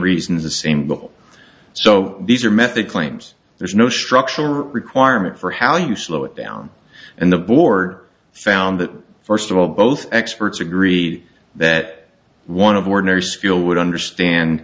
reasons the same goal so these are method claims there's no structural requirement for how you slow it down and the board found that first of all both experts agree that one of ordinary skill would understand